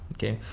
okay.